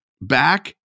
back